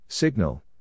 Signal